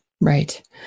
Right